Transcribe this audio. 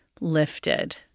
lifted